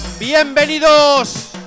¡Bienvenidos